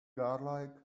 godlike